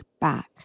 back